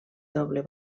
doble